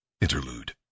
Interlude